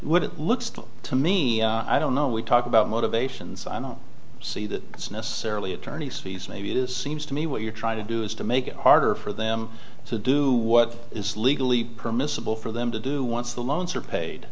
what it looks like to me i don't know we talk about motivations i don't see that it's necessarily attorney's fees maybe it is seems to me what you're trying to do is to make it harder for them to do what is legally permissible for them to do once the loans are paid